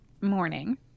morning